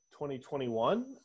2021